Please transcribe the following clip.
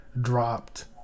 dropped